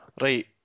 Right